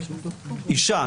אישה,